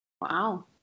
Wow